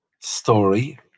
story